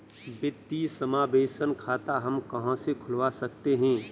वित्तीय समावेशन खाता हम कहां से खुलवा सकते हैं?